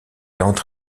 entre